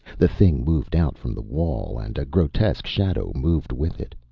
the thing moved out from the wall and a grotesque shadow moved with it.